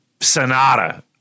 Sonata